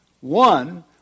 One